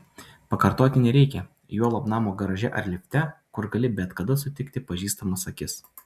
pakartoti nereikia juolab namo garaže ar lifte kur gali bet kada sutikti pažįstamas akis